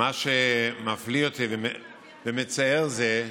מה שמפליא אותי ומצער אותי הוא,